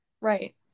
Right